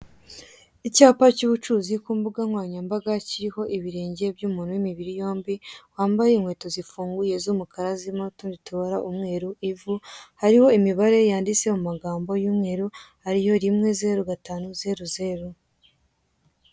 Icyapa cy'ubucuruzi ku mbuga nkoranyambaga kiriho ibirenge by'umuntu w'imibiri yombi, wambaye inkweto z'umukara zirimo utundi tubara tw'umweru n'ivu. Hariho imibare yanditse mu magambo y'umweru, ari yo 10500